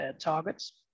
targets